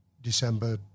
December